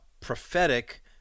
prophetic